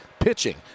pitching